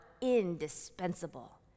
indispensable